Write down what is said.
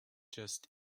just